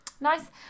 Nice